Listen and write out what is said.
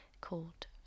called